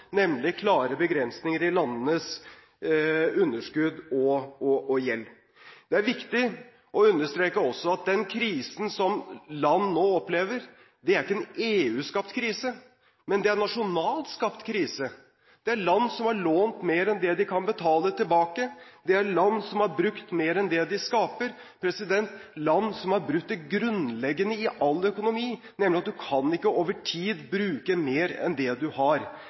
nemlig klare begrensninger i landenes underskudd og gjeld. Det er viktig også å understreke at den krisen som land nå opplever, ikke er noen EU-skapt krise, men det er en nasjonalt skapt krise. Det er land som har lånt mer enn det de kan betale tilbake, det er land som har brukt mer enn det de skaper, land som har brutt det grunnleggende i all økonomi, nemlig at du over tid ikke kan bruke mer enn det du har.